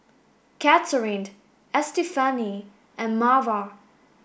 Katharyn Estefany and Marva